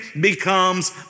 becomes